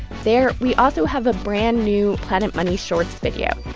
there, we also have a brand new planet money shorts video.